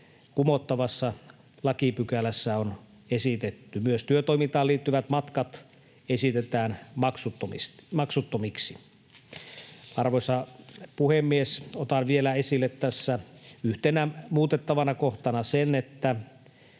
kumottavassa lakipykälässä on esitetty. Myös työtoimintaan liittyvät matkat esitetään maksuttomiksi. Arvoisa puhemies! Otan vielä esille tässä yhtenä muutettavana kohtana sen, että